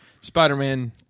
Spider-Man